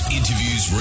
interviews